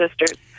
sisters